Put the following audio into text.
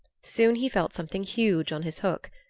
soon he felt something huge on his hook.